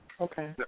Okay